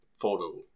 photo